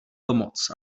pomoc